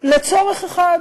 לצורך אחד,